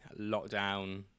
lockdown